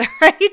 right